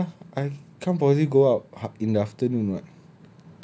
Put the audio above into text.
then how sia I can't probably go out hal~ in the afternoon [what]